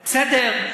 בסדר.